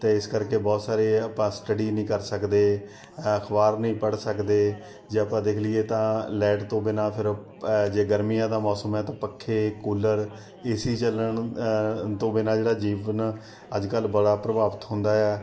ਅਤੇ ਇਸ ਕਰਕੇ ਬਹੁਤ ਸਾਰੇ ਆਪਾਂ ਸਟੱਡੀ ਨਹੀਂ ਕਰ ਸਕਦੇ ਅਖ਼ਬਾਰ ਨਹੀਂ ਪੜ੍ਹ ਸਕਦੇ ਜੇ ਆਪਾਂ ਦੇਖ ਲਈਏ ਤਾਂ ਲਾਈਟ ਤੋਂ ਬਿਨਾਂ ਫਿਰ ਜੇ ਗਰਮੀਆਂ ਦਾ ਮੌਸਮ ਹੈ ਤਾਂ ਪੱਖੇ ਕੂਲਰ ਏ ਸੀ ਚੱਲਣ ਤੋਂ ਬਿਨਾਂ ਜਿਹੜਾ ਜੀਵਨ ਅੱਜ ਕੱਲ੍ਹ ਬੜਾ ਪ੍ਰਭਾਵਿਤ ਹੁੰਦਾ ਹੈ